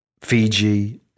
Fiji